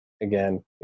again